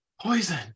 poison